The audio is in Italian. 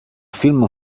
film